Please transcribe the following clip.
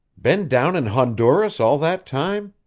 been down in honduras all that time?